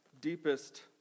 deepest